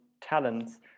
talents